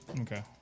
okay